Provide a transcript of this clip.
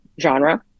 genre